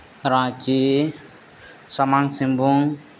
ᱨᱟᱸᱪᱤ ᱥᱟᱢᱟᱝ ᱥᱤᱝᱵᱷᱩᱢ